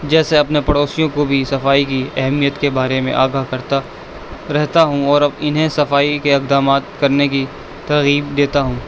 جیسے اپنے پڑوسیوں کو بھی صفائی کی اہمیت کے بارے میں آگاہ کرتا رہتا ہوں اور انہیں صفائی کے اقدامات کرنے کی ترغیب دیتا ہوں